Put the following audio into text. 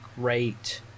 great